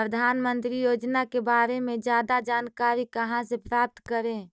प्रधानमंत्री योजना के बारे में जादा जानकारी कहा से प्राप्त करे?